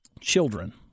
children